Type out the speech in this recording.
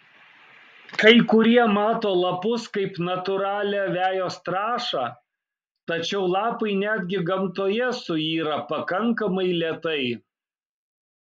kai kurie mato lapus kaip natūralią vejos trąšą tačiau lapai netgi gamtoje suyra pakankamai lėtai